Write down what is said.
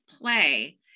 play